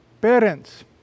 parents